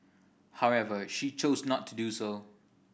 however she chose not to do so